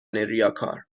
ریاکار